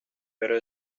pero